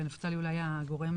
ונפתלי אולי הגורם